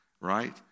right